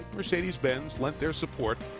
mercedes benz let their support.